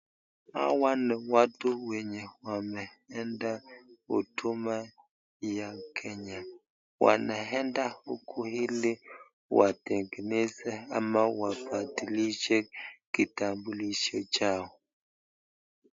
Hawa ni watu wenye wameenda huduma ya Kenya. Wanaenda huku ili watengeneze ama wabadilishe kitambulisho chao.